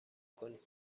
کنید